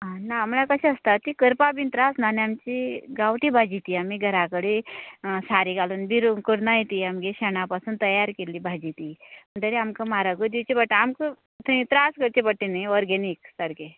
ना म्हणल्या कशें आसता करपा बी त्रास न्हय आनी आमची गांवटी भाजी ती आमी घरा कडेन सारें बी घालून बी करनाय ती आमगे शेणा पासून तयार केले भाजी ती म्हणटकच आमकां म्हारग दिवची पडटा आमकां थंय त्रास करचे पडटा न्हय ऑरगॅनीक सारके